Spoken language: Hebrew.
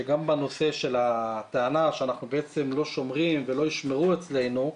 שגם בנושא הטענה שאנחנו לא שומרים ולא ישמרו אצלנו,